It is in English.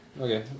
Okay